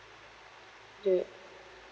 do it